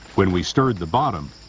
when we stirred the bottom,